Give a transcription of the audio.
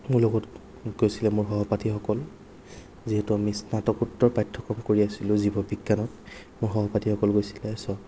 মোৰ লগত গৈছিলে মোৰ সহপাঠীসকল যিহেতু আমি স্নাতকোত্তৰ পাঠ্যক্ৰম কৰি আছিলোঁ জীৱবিজ্ঞানত মোৰ সহপাঠীসকল গৈছিলে চ'